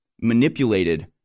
manipulated